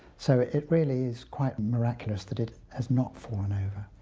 so it really is quite miraculous that it has not fallen over.